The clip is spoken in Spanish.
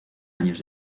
años